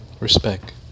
respect